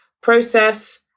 process